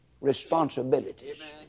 responsibilities